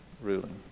ruling